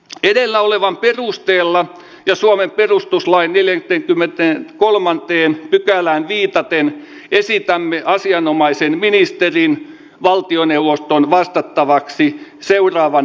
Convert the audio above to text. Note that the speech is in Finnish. edellä olevan perusteella ja suomen perustuslain ylin komentajan kolmanteen pykälään viitaten esitämme asianomaisen ministerin valtioneuvoston vahvistettavaksi seuraavan